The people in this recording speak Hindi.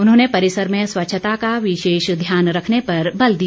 उन्होंने परिसर में स्वच्छता का विशेष ध्यान रखने पर बल दिया